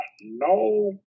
No